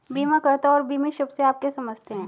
बीमाकर्ता और बीमित शब्द से आप क्या समझते हैं?